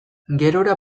gerora